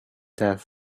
death